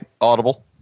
Audible